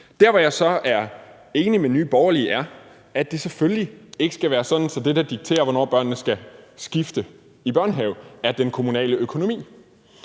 Der, hvor jeg så er enig med Nye Borgerlige, er, hvor de mener, at det selvfølgelig ikke skal være sådan, at det, der dikterer, hvornår børnene skal skifte til børnehave, er den kommunale økonomi.